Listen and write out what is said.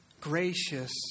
gracious